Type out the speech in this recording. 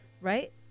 right